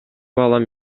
балам